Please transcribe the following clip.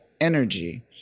energy